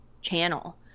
channel